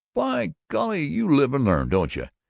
by golly, you live and learn, don't you,